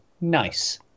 nice